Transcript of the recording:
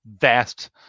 vast